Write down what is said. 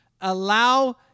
allow